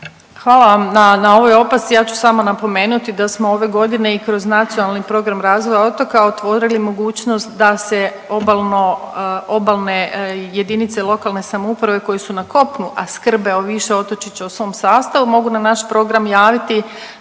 Hvala vam na, na ovoj opasci. Ja ću samo napomenuti da smo ove godine i kroz Nacionalni program razvoja otoka otvorili mogućnost da se obalno, obalne JLS koje se na kopnu, a skrbe o više otočića u svom sastavu mogu na naš program javiti